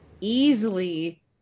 easily